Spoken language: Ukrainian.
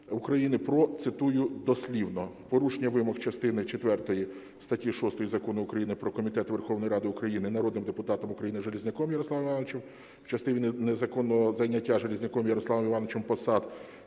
України про, цитую дослівно, "порушення вимог частини четвертої статті 6 Закону України "Про комітети Верховної Ради України" народним депутатом України Железняком Ярославом Івановичем в частині незаконного зайняття Железняком Ярославом Івановичем посад